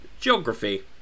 geography